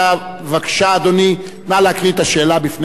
בבקשה, אדוני, נא להקריא את השאלה בפני השר.